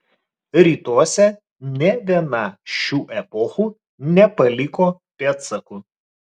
rytuose nė viena šių epochų nepaliko pėdsakų